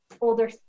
older